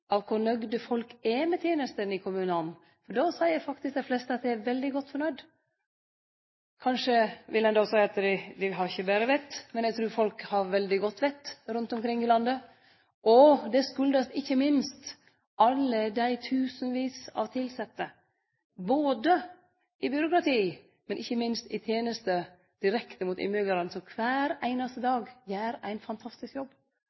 av kor nøgde folk er med tenestene i kommunane. For då seier faktisk dei aller fleste at dei er veldig godt fornøgde. Kanskje vil ein då seie at dei har ikkje betre vett, men eg trur folk rundt omkring i landet har veldig godt vett. Det har ikkje minst si årsak i alle dei tusenvis av tilsette, i byråkrati, og ikkje minst i tenester direkte mot innbyggjarane som kvar einaste dag gjer ein fantastisk jobb.